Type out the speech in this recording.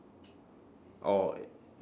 or